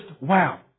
wow